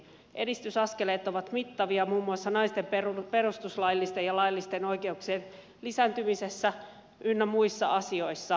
edistysaskeleet ovat mittavia muun muassa naisten perustuslaillisten ja laillisten oikeuksien lisääntymisessä ynnä muissa asioissa